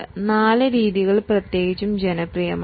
ഈ നാല് രീതികൾ വളരെയേറെ പ്രചാരമേറിയതാണ്